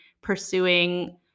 pursuing